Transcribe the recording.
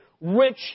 rich